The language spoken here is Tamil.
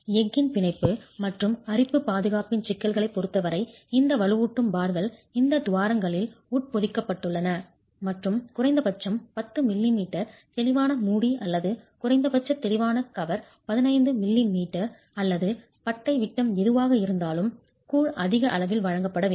எஃகின் பிணைப்பு மற்றும் அரிப்புப் பாதுகாப்பின் சிக்கல்களைப் பொறுத்த வரை இந்த வலுவூட்டும் பார்கள் இந்த துவாரங்களில் உட்பொதிக்கப்பட்டுள்ளன மற்றும் குறைந்தபட்சம் 10 மில்லிமீட்டர் தெளிவான மூடி அல்லது குறைந்தபட்ச தெளிவான கவர் 15 மில்லிமீட்டர் அல்லது பட்டை விட்டம் எதுவாக இருந்தாலும் கூழ் அதிக அளவில் வழங்கப்பட வேண்டும்